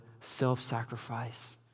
self-sacrifice